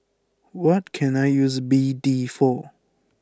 what can I use B D for